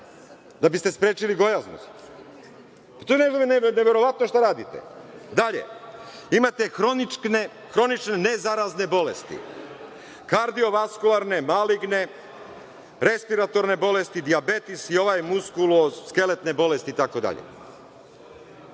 da biste sprečili gojaznost. To je neverovatno šta radite. Dalje, imate hronične nezarazne bolesti, kardiovaskularne, maligne, respiratorne bolesti, dijabetes i ovaj muskoloskeletne bolesti itd.